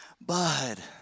bud